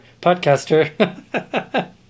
podcaster